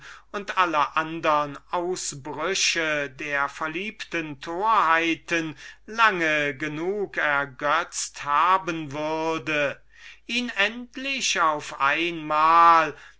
und aller andern ausbrüche der verliebten torheit lange genug ergötzt haben würde ihn endlich auf einmal